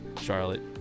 Charlotte